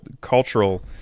cultural